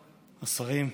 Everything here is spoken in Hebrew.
השרים,